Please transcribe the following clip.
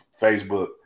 Facebook